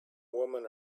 woman